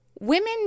Women